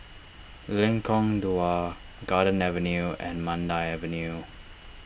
Lengkong Dua Garden Avenue and Mandai Avenue